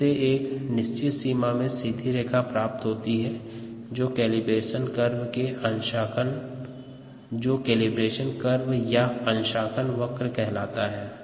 इससे एक निश्चित सीमा में सीधी रेखा प्राप्त होती है जो केलिब्रेशन कर्व या अंशांकन वक्र कहलाता है